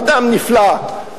אדם נפלא,